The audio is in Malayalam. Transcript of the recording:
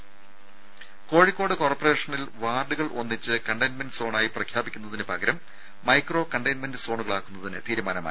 രദേ കോഴിക്കോട് കോർപ്പറേഷനിൽ വാർഡുകൾ ഒന്നിച്ച് കണ്ടെയ്ൻമെന്റ് സോണായി പ്രഖ്യാപിക്കുന്നതിന് പകരം മൈക്രോ കണ്ടെയ്ൻമെന്റ് സോണുകളാക്കുന്നതിന് തീരുമാനമായി